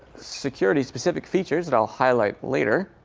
security-specific features that i'll highlight later.